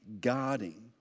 guarding